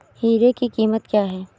Hero की कीमत क्या है?